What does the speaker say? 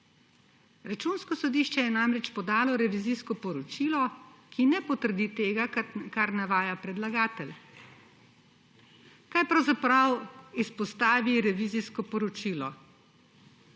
Računsko sodišče je namreč podalo revizijsko poročilo, ki ne potrdi tega, kar navaja predlagatelj. Kaj pravzaprav izpostavi revizijsko poročilo?